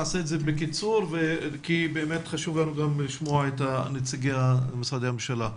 נעשה את זה בקיצור כי באמת חשוב לנו גם לשמוע את נציגי משרדי הממשלה.